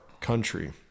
country